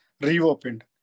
reopened